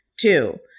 Two